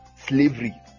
slavery